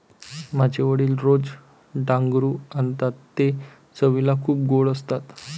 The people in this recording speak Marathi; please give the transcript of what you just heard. माझे वडील रोज डांगरू आणतात ते चवीला खूप गोड असतात